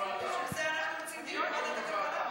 בשביל זה אנחנו מציעים דיון בוועדת הכלכלה.